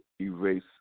erase